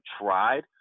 tried